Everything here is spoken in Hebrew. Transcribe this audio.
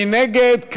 מי נגד?